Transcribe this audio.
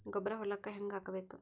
ಗೊಬ್ಬರ ಹೊಲಕ್ಕ ಹಂಗ್ ಹಾಕಬೇಕು?